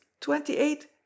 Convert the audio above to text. twenty-eight